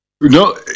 no